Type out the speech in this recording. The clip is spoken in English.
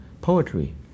poetry